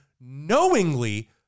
knowingly